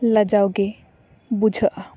ᱞᱟᱡᱟᱣ ᱜᱮ ᱵᱩᱡᱷᱟᱹᱜᱼᱟ